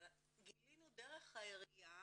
אבל גילינו דרך העיריה